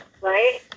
right